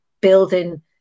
building